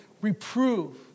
reprove